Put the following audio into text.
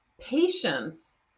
patience